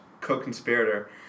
co-conspirator